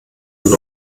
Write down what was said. und